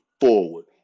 forward